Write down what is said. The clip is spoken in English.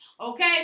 Okay